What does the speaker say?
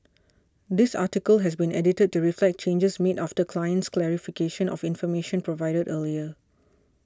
this article has been edited to reflect changes made after client's clarification of information provided earlier